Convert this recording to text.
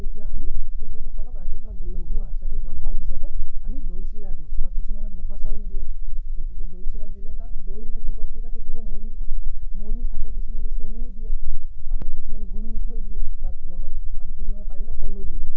তেতিয়া আমি তেখেতসকলক ৰাতিপুৱা লঘু আহাৰ হিচাপে জলপান হিচাপে আমি দৈ চিৰা দিওঁ বা কিছুমানে বোকা চাউল দিয়ে গতিকে দৈ চিৰা দিলে তাত দৈ থাকিব চিৰা থাকিব মুড়ি থাকিব মুড়ি থাকে কিছুমানে চেনিও দিয়ে আৰু কিছুমানে গুৰ মিঠৈ দিয়ে তাত লগত আৰু কিছুমানে কলো দিয়ে পাৰিলে মানে